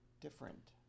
different